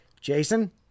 Jason